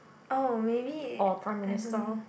oh maybe I don't